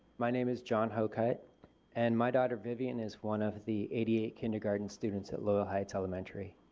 my name is jon hocut and my daughter vivienne is one of the eighty eight kindergarten students at loyal heights elementary.